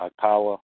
power